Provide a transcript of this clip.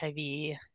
HIV